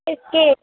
किसकी